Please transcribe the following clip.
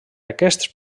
aquests